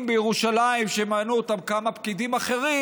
בירושלים שימנו אותם כמה פקידים אחרים,